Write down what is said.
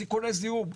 סיכוני זיהום.